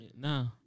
No